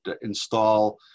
install